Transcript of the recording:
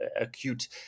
acute